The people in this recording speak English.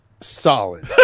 solid